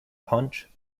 punch